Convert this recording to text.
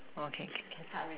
okay can can start already